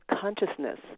consciousness